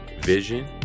vision